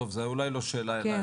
טוב זה אולי לא שאלה אלייך,